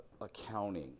accounting